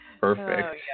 Perfect